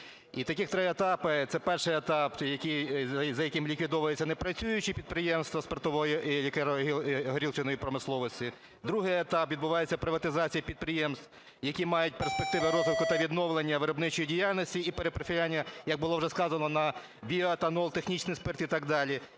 І таких три етапи, це перший етап, який... за яким ліквідовуються непрацюючі підприємства спиртової і лікеро-горілчаної промисловості. Другий етап – відбувається приватизація підприємств, які мають перспективи розвитку та відновлення виробничої діяльності і перепрофілювання, як було вже сказано на біоетанол, технічний спирт і так далі.